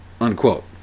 Unquote